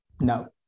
no